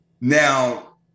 Now